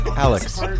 Alex